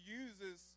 uses